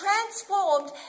transformed